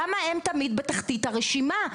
למה הם תמיד בתחתית הרשימה?